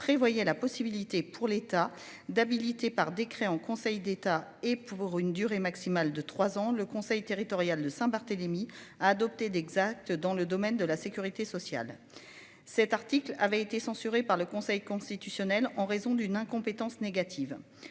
prévoyait la possibilité pour l'État d'habilité par décret en Conseil d'État et pour une durée maximale de trois ans, le conseil territorial de Saint-Barthélemy a adopté d'exact dans le domaine de la sécurité sociale. Cet article avait été censurée par le Conseil constitutionnel en raison d'une incompétence négative.